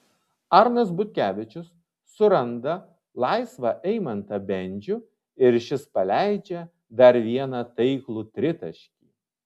arnas butkevičius suranda laisvą eimantą bendžių ir šis paleidžia dar vieną taiklų tritaškį